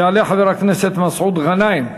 יעלה חבר הכנסת מסעוד גנאים.